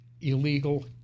illegal